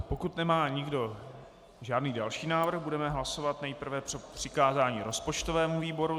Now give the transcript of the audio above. Pokud nemá nikdo další návrh, budeme hlasovat nejprve o přikázání rozpočtovému výboru.